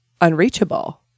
unreachable